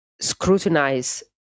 scrutinize